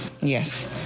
yes